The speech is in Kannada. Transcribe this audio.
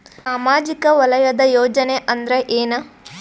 ಸಾಮಾಜಿಕ ವಲಯದ ಯೋಜನೆ ಅಂದ್ರ ಏನ?